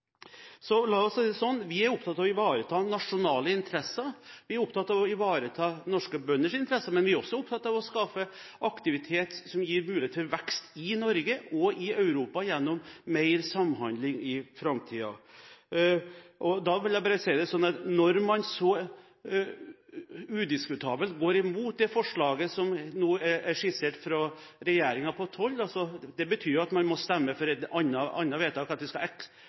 Vi er opptatt av å ivareta nasjonale interesser. Vi er opptatt av å ivareta norske bønders interesser, men vi er også opptatt av å skape aktivitet som gir mulighet for vekst i Norge og i Europa gjennom mer samhandling i framtiden. Så vil jeg bare si at når man så udiskutabelt går imot det forslaget på toll som nå er skissert fra regjeringen, betyr det at man må stemme for et annet vedtak, at man fortsatt skal